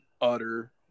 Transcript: utter